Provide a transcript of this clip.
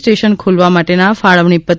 station ખોલવા માટેના ફાળવણી પત્ર